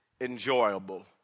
enjoyable